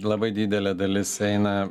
labai didelė dalis eina